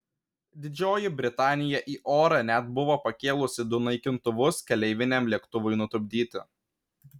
didžioji britanija į orą net buvo pakėlusi du naikintuvus keleiviniam lėktuvui nutupdyti